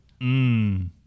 Mmm